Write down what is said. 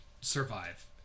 survive